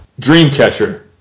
Dreamcatcher